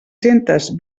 centes